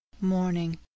Morning